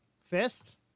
fist